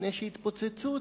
לפני שהתפוצצו,